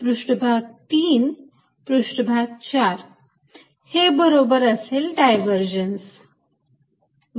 पृष्ठभाग 3 पृष्ठभाग 4 हे बरोबर असेल डायव्हर्जन्स v